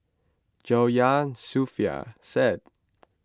Joyah Sofea Said